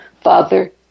Father